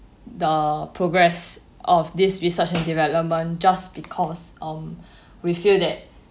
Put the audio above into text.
the progress of this research and development just because um we feel that